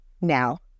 Now